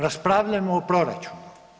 Raspravljajmo o proračunu.